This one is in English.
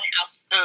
house